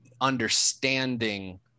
understanding